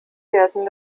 werden